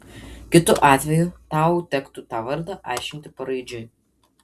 kitu atveju tau tektų tą vardą aiškinti paraidžiui